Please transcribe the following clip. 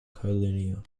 collinear